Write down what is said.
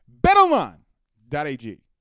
BetOnline.ag